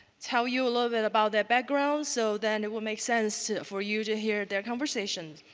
tell you a little bit about their backgrounds so then it will make sense for you to hear their conversations.